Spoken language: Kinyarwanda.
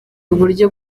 uburyo